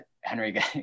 henry